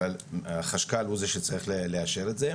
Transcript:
אבל החשכ"ל הוא זה שצריך לאשר את זה.